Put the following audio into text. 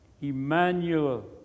Emmanuel